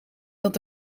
dat